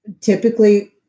typically